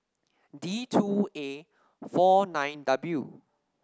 D two A four nine W